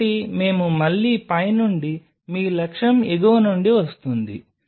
కాబట్టి మేము మళ్లీ పై నుండి మీ లక్ష్యం ఎగువ నుండి వస్తోంది